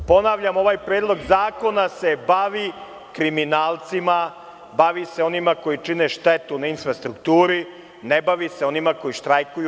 Ponavljam, ovaj Predlog zakona se bavi kriminalcima, onima koji čine štetu na infrastrukturi, ne bavi se onima koji štrajkuju.